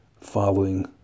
following